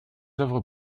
œuvres